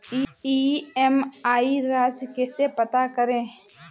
EMI राशि कैसे पता करें?